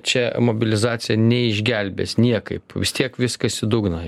čia mobilizacija neišgelbės niekaip vis tiek viskas į dugną